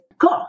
Cool